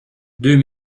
deux